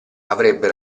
avrebbe